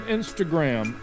Instagram